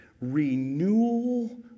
renewal